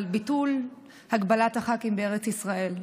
ביטול הגבלת השרים בארץ ישראל.